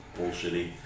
bullshitty